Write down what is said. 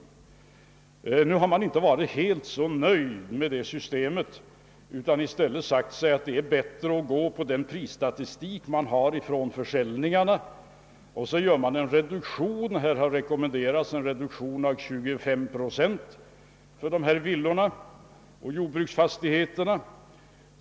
Man har inte varit helt nöjd med det systemet utan sagt sig att det är bättre att utgå från den prisstatistik man har från försäljningarna och därefter göra en reduktion på dessa priser. Här har rekommenderats en reduktion med 25 procent för villor och jordbruksfastigheter.